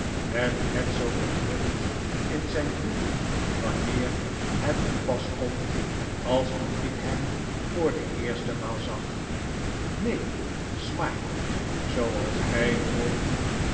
met net zooveel drift in zijn bloed wanneer het te pas komt als toen ik hem voor de eerste maal zag neen smike zooals hij wil